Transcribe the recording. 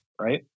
Right